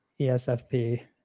ESFP